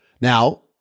Now